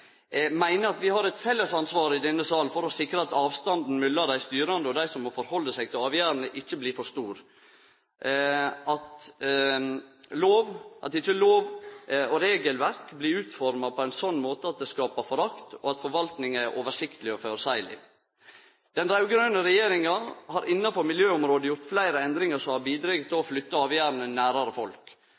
meiner vi har eit felles ansvar i denne sal for å sikre at avstandane mellom dei styrande og dei som må halde seg til avgjerdene, ikkje blir for stor – at ikkje lov- og regelverk blir utforma på ein slik måte at det skapar forakt, og at forvaltinga er oversiktleg og føreseieleg. Den raud-grøne regjeringa har innanfor miljøområdet gjort fleire endringar som har bidrege til å flytte avgjerdene nærare folk,